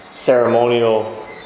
ceremonial